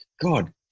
God